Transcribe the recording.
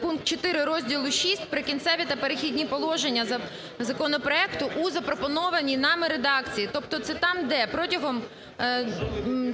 пункт 4 розділу VI "Прикінцеві та перехідні положення" законопроекту у запропонованій нами редакції. Тобто це там, де протягом